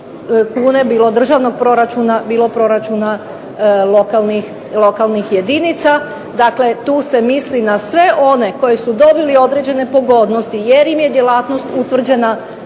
kune, bilo državnog proračuna, bilo proračuna lokalnih jedinica. Dakle tu se misli na sve one koji su dobili određene pogodnosti, jer im je djelatnost utvrđena